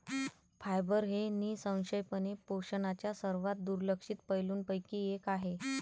fibre हे निःसंशयपणे पोषणाच्या सर्वात दुर्लक्षित पैलूंपैकी एक आहे